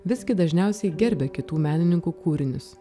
visgi dažniausiai gerbia kitų menininkų kūrinius